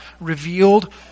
revealed